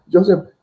Joseph